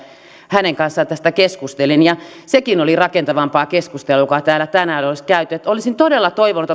hänen kanssaan tästä keskustelin ja sekin oli rakentavampaa keskustelua kuin se joka täällä tänään on käyty niin että olisin todella toivonut